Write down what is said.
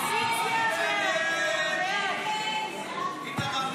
ההסתייגויות לסעיף